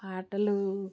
ఆటలు